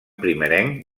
primerenc